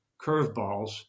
curveballs